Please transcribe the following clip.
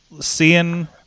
seeing